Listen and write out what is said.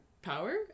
power